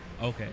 Okay